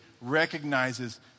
recognizes